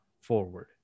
forward